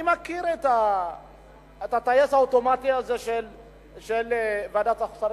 אני מכיר את הטייס האוטומטי הזה של ועדת השרים